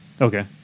Okay